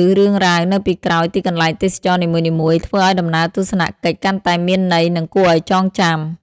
ឬរឿងរ៉ាវនៅពីក្រោយទីកន្លែងទេសចរណ៍នីមួយៗ ធ្វើឲ្យដំណើរទស្សនកិច្ចកាន់តែមានន័យ និងគួរឲ្យចងចាំ។